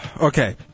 Okay